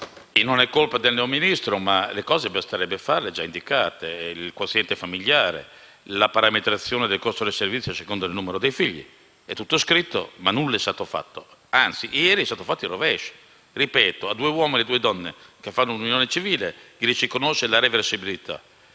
non è colpa del neo Ministro, tuttavia basterebbe fare le cose già indicate. Penso, ad esempio, al quoziente familiare e alla parametrazione del costo del servizio secondo il numero dei figli; è tutto scritto, ma nulla è stato fatto. Anzi, ieri è stato fatto il rovescio. A due uomini e a due donne che fanno un'unione civile si riconosce la reversibilità.